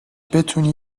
بتونی